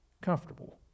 comfortable